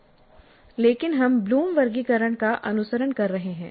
लेकिन हम ब्लूम वर्गीकरण का अनुसरण कर रहे हैं